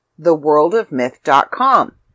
theworldofmyth.com